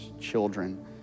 children